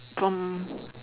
from